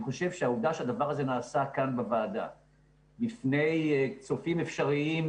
חושב שהעובדה שהדבר הזה נעשה כאן בוועדה בפני צופים אפשריים,